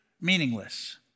meaningless